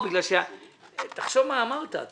תחשוב מה אמרת.